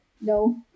No